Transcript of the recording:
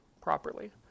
properly